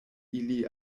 ili